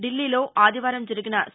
ఢిల్లీలో ఆదివారం జరిగిన సి